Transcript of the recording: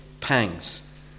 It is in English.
pangs